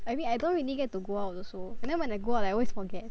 I mean I don't really get to go out also and then when I go out I always forget